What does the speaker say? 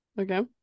Okay